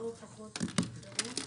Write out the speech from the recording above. לא פחות מחירום.